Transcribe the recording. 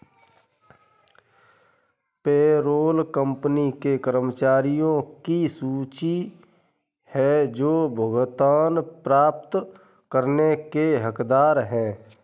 payroll company के कर्मचारियों की सूची है जो भुगतान प्राप्त करने के हकदार हैं